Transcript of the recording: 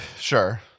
sure